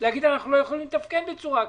להגיד: אנחנו לא יכולים לתפקד בצורה כזאת,